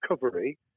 recovery